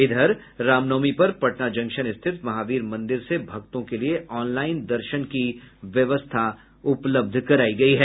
इधर रामनवमी पर पटना जंक्शन स्थित महावीर मंदिर से भक्तों के लिए ऑनलाईन दर्शन की व्यवस्था उपलब्ध कराई गयी है